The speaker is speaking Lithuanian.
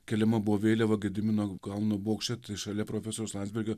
keliama buvo vėliava gedimino kalno bokšte šalia profesoriaus landsbergio